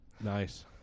Nice